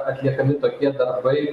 atliekami tokie darbai